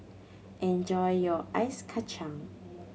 enjoy your ice kacang